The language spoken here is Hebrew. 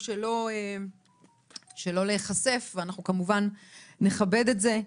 שלא להיחשף ואנחנו כמובן גם נכבד את זה.